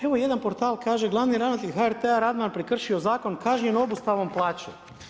Evo jedan portal kaže glavni ravnatelj HRT-a Radman prekršio zakon kažnjen obustavom plaće.